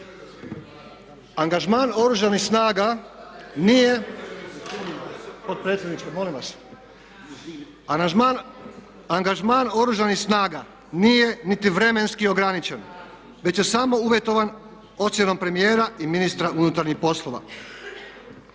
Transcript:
Angažman Oružanih snaga nije niti vremenski ograničen već je samo uvjetovan ocjenom premijera i ministra unutarnjih poslova.